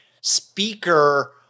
speaker